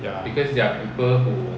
ya